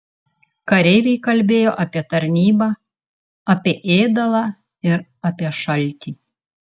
kareiviai kalbėjo apie tarnybą apie ėdalą ir apie šaltį